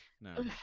no